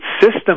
system